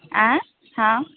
आँय हँ